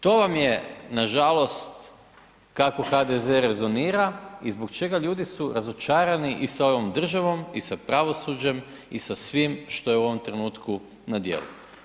To vam je nažalost kako HDZ rezonira i zbog čega ljudi su razočarani i sa ovom državom i sa pravosuđem i sa svim što je u ovom trenutku na djelu.